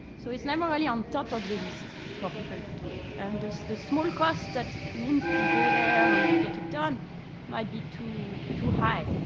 so it's never really on top of the list for people to do it. and the small cost that it means to go there and get it done might be too too high,